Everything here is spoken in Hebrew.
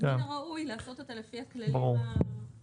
ומן הראוי לעשות אותה לפי הכללים המקובלים.